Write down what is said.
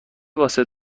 واسه